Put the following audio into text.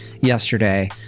yesterday